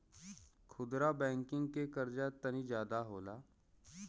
खुदरा बैंकिंग के कर्जा तनी जादा होला